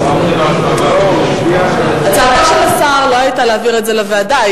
הצעתו של השר לא היתה להעביר את זה לוועדה,